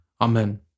Amen